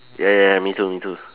ya ya ya me too me too